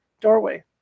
doorway